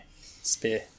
spear